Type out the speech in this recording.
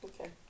okay